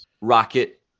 Rocket